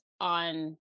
on